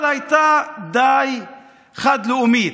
אבל הייתה די חד-לאומית.